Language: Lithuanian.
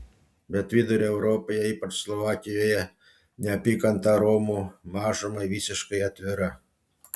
bet vidurio europoje ypač slovakijoje neapykanta romų mažumai visiškai atvira